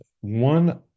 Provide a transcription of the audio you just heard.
One